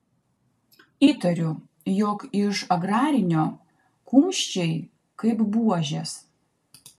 įtariu jog iš agrarinio kumščiai kaip buožės